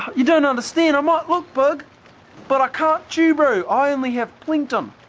you don't understand. i might look big but i can't chew bro. i only have plankton.